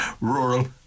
Rural